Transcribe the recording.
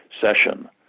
session